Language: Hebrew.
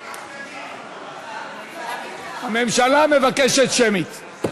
רגילה, הממשלה מבקשת שמית.